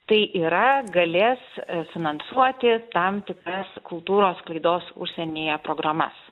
tai yra galės finansuoti tam tikras kultūros sklaidos užsienyje programas